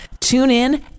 TuneIn